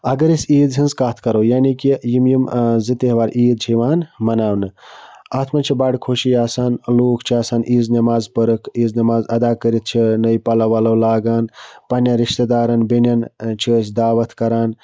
اَگر أسۍ عیٖز ہِنٛز کتھ کَرو یعنی کہِ یِم یِم زٕ تہوار عیٖد چھِ یِوان مَناونہٕ اَتھ منٛز چھِ بَڑٕ خوشی آسان لوٗکھ چھِ آسان عیٖز نٮ۪ماز پٔرٕکھ عیٖز نٮ۪ماز اَدا کٔرِتھ چھِ نٔے پَلَو وَلَو لاگان پنٛنٮ۪ن رِشتہٕ دارَن بیٚنٮ۪ن چھِ أسۍ دعوَت کَران